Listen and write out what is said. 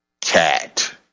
cat